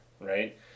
right